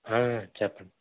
చెప్పండి